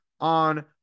on